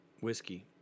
whiskey